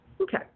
Okay